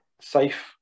safe